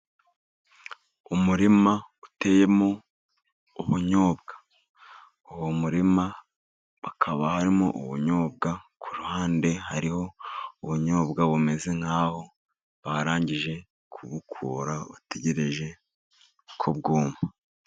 Umurima uteyemo ubunyobwa, uwo murima hakaba harimo ubunyobwa, ku ruhande hariho ubunyobwa bumeze nk'aho barangije kubukura, bategereje ko bwuma.